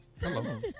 Hello